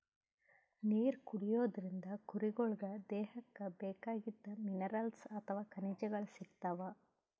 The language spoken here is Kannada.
ನೀರ್ ಕುಡಿಯೋದ್ರಿಂದ್ ಕುರಿಗೊಳಿಗ್ ದೇಹಕ್ಕ್ ಬೇಕಾಗಿದ್ದ್ ಮಿನರಲ್ಸ್ ಅಥವಾ ಖನಿಜಗಳ್ ಸಿಗ್ತವ್